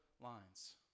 lines